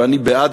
ואני בעד,